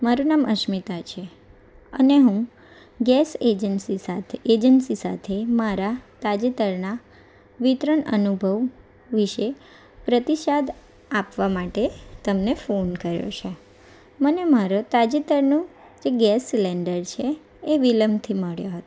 મારુ નામ અસ્મિતા છે અને હું ગેસ એજન્સી સાથે એજન્સી સાથે મારા તાજેતરના વિતરણ અનુભવ વિષે પ્રતિસાદ આપવા માટે તમને ફોન કર્યો છે મને મારો તાજેતરનો જે ગેસ સિલેન્ડર છે એ વિલંબથી મળ્યો હતો